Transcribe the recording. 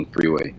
freeway